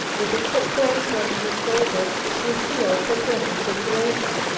with a quick glance over her shoulder lucile took in the situation.